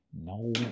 No